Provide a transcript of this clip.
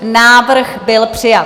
Návrh byl přijat.